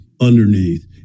underneath